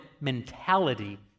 mentality